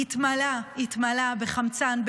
התמלא בחמצן,